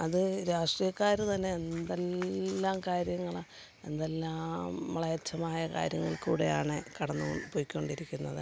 അത് രാഷ്ട്രീയക്കാർ തന്നെ എന്തെല്ലാം കാര്യങ്ങളാണ് എന്തെല്ലാം മ്ലേച്ചമായ കാര്യങ്ങളിൽ കൂടെയാണ് കടന്ന് പോയി കൊണ്ടിരിക്കുന്നത്